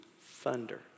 thunder